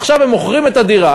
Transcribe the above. עכשיו הם מוכרים את הדירה.